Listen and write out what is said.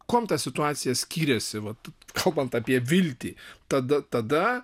kuom ta situacija skyrėsi vat kalbant apie viltį tada tada